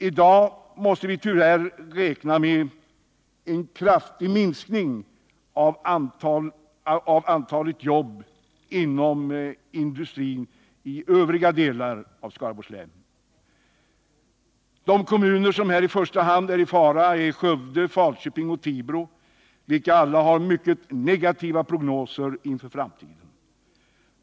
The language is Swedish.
I dag måste vi tyvärr räkna med en kraftig minskning av antalet jobb inom industrin i övriga delar av Skaraborgs län. De kommuner som här i första hand är i fara är Skövde, Falköping och Tibro, vilka alla har mycket negativa prognoser inför framtiden.